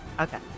Okay